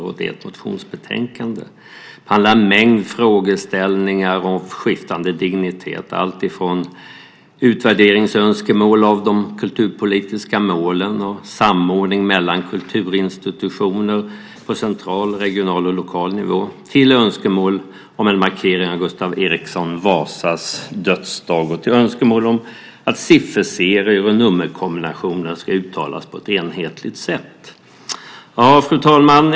Det är ett motionsbetänkande som behandlar en mängd frågeställningar av skiftande dignitet - alltifrån önskemål om utvärdering av de kulturpolitiska målen och samordning mellan kulturinstitutioner på central, regional och lokal nivå till önskemål om en markering av Gustav Eriksson Vasas dödsdag och önskemål om att sifferserier och nummerkombinationer ska uttalas på ett enhetligt sätt.